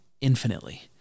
infinitely